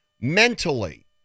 Mentally